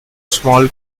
small